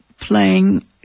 playing